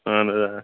اہَن حظ آ